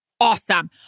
awesome